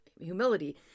humility